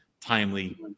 timely